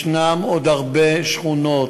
יש עוד הרבה שכונות,